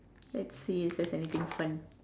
let's see if there's anything fun